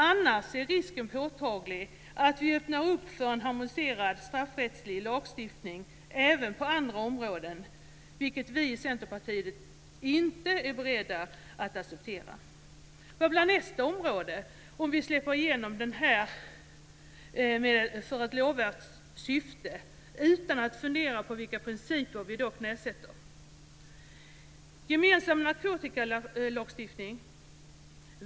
Annars är risken påtaglig att vi öppnar för en harmoniserad straffrättslig lagstiftning även på andra områden, vilket vi i Centerpartiet inte är beredda att acceptera. Vad blir nästa område om vi släpper igenom det här för ett lovvärt syfte utan att fundera på vilka principer vi då knäsätter? Blir det gemensam narkotikalagstiftning?